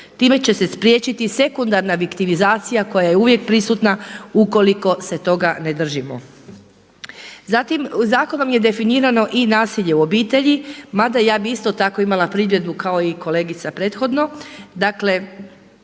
Time će se spriječiti sekundarna viktivizacija koja je uvijek prisutna ukoliko se toga ne držimo. Zatim, zakonom je definirano i nasilje u obitelji, mada ja bi isto tako imala primjedbu kao i kolegica prethodno, dakle